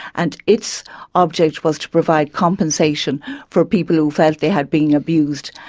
and its object was to provide compensation for people who felt they had been abused.